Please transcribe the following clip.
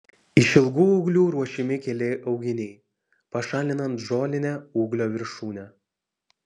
iš ilgų ūglių ruošiami keli auginiai pašalinant žolinę ūglio viršūnę